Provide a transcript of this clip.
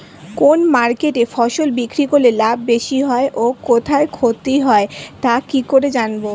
কোন মার্কেটে ফসল বিক্রি করলে লাভ বেশি হয় ও কোথায় ক্ষতি হয় তা কি করে জানবো?